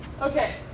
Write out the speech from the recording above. Okay